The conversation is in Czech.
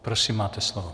Prosím, máte slovo.